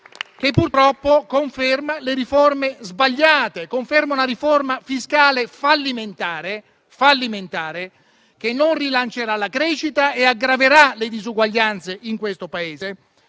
che, purtroppo, conferma le riforme sbagliate: conferma una riforma fiscale fallimentare, che non rilancerà la crescita e aggraverà le disuguaglianze in questo Paese,